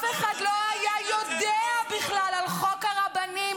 -- אף אחד לא היה יודע בכלל על חוק הרבנים,